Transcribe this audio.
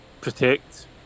protect